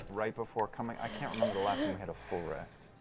right before coming? i can't remember the last time we had a full rest.